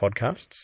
podcasts